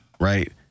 right